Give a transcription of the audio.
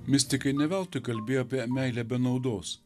mistikai ne veltui kalbėjo apie meilę be naudos